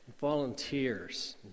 volunteers